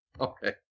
Okay